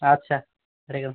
আচ্ছা রেখেও